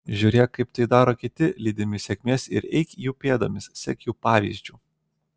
žiūrėk kaip tai daro kiti lydimi sėkmės ir eik jų pėdomis sek jų pavyzdžiu